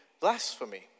blasphemy